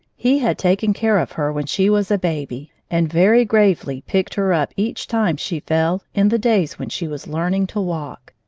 he had taken care of her when she was a baby, and very gravely picked her up each time she fell in the days when she was learning to walk.